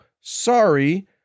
sorry